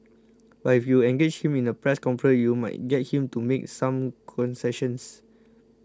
but if you engage him in a press conference you might get him to make some concessions